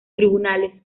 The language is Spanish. tribunales